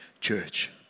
church